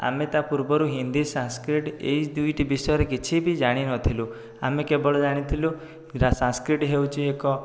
ଆମେ ତା' ପୂର୍ବରୁ ହିନ୍ଦୀ ସାଂସ୍କ୍ରିଟ୍ ଏଇ ଦୁଇଟି ବିଷୟରେ କିଛି ବି ଜାଣିନଥିଲୁ ଆମେ କେବଳ ଜାଣିଥିଲୁ ସାଂସ୍କ୍ରିଟ୍ ହେଉଛି ଏକ